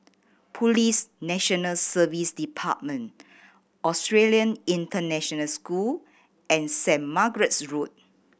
Police National Service Department Australian International School and Saint Margaret's Road